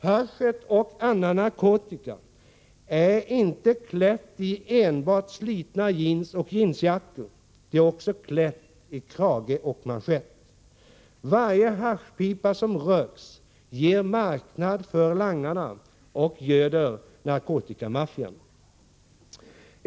Haschet — och annan narkotika — är inte klätt i enbart slitna jeans och jeansjackor, det är också klätt i krage och manschett. Varje haschpipa som röks ger marknad för langarna och göder narkotikamaffian.